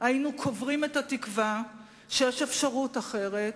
היינו קוברים את התקווה שיש אפשרות אחרת,